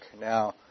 Now